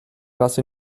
rasse